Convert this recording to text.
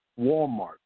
Walmart